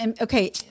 okay